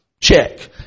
check